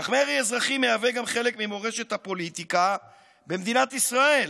אך מרי אזרחי מהווה גם חלק ממורשת הפוליטיקה במדינת ישראל.